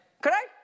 Correct